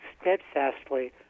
steadfastly